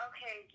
Okay